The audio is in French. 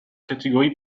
catégorie